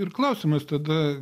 ir klausimas tada